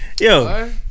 Yo